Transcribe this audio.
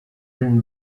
une